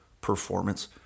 performance